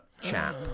chap